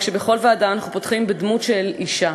שבכל ישיבה אנחנו פותחים בדמות של אישה,